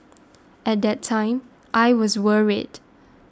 at that time I was worried